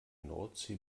nordsee